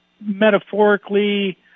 metaphorically